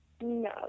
No